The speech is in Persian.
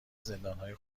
زندانهای